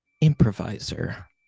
improviser